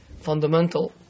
fundamental